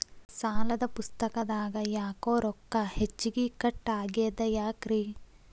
ಸಾಲದ ಪುಸ್ತಕದಾಗ ಯಾಕೊ ರೊಕ್ಕ ಹೆಚ್ಚಿಗಿ ಕಟ್ ಆಗೆದ ಯಾಕ್ರಿ?